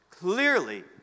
clearly